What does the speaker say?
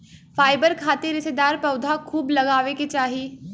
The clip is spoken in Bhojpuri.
फाइबर खातिर रेशेदार पौधा खूब लगावे के चाही